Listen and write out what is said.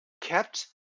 kept